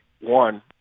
one